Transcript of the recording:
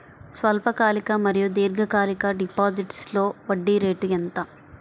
స్వల్పకాలిక మరియు దీర్ఘకాలిక డిపోజిట్స్లో వడ్డీ రేటు ఎంత?